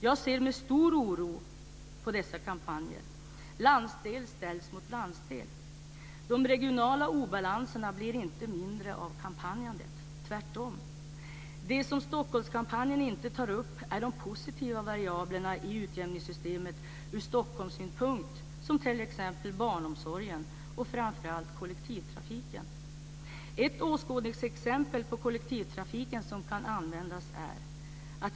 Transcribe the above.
Jag ser med stor oro på dessa kampanjer. Landsdel ställs mot landsdel. De regionala obalanserna blir inte mindre av alla kampanjer, tvärtom. Det som Stockholmskampanjen inte tar upp är de positiva variablerna i utjämningssystemet från Stockholmssynpunkt såsom t.ex. barnomsorgen och framför allt kollektivtrafiken. Ett åskådningsexempel är kollektivtrafiken.